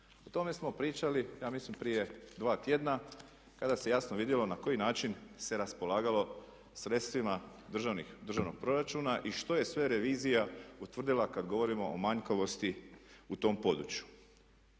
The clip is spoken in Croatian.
O tome smo pričali ja mislim prije dva tjedna kada se jasno vidjelo na koji način se raspolagalo sredstvima državnog proračuna i što je sve revizija utvrdila kada govorimo o manjkavosti u tom području.